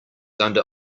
under